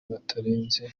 batarenze